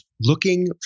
looking